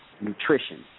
nutrition